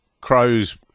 Crows